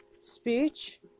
speech